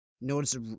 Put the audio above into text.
notice